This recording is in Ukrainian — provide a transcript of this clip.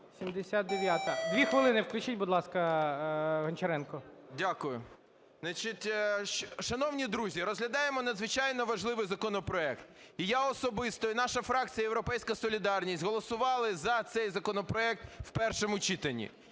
2 хвилини включіть, будь ласка, Гончаренку. 18:10:28 ГОНЧАРЕНКО О.О. Дякую. Значить, шановні друзі, розглядаємо надзвичайно важливий законопроект. І я особисто, і наша фракція "Європейська солідарність" голосували за цей законопроект в першому читанні.